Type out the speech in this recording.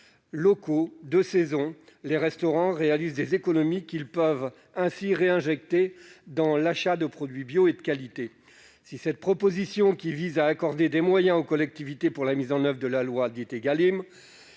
locaux et de saison, les restaurants réalisent des économies qu'ils peuvent réinjecter dans l'achat de produits bio et de qualité. Si cette proposition, qui consiste à accorder des moyens aux collectivités pour la mise en oeuvre de la loi Égalim,